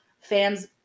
fans